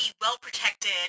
well-protected